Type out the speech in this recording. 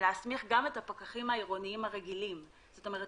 להסמיך גם את הפקחים העירוניים הרגילים זאת אומרת,